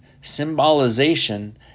Symbolization